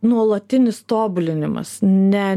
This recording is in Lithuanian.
nuolatinis tobulinimas ne